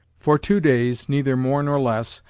for two days, neither more nor less,